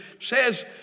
says